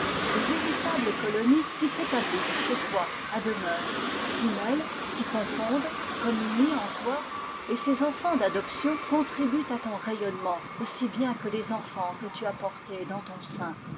de véritables colonies qui s'établissent chez toi à demeure s'y mêlent s'y confondent communient en toi et ces enfants d'adoption contribuent à ton rayonnement aussi bien que les enfants que tu as portés dans ton sein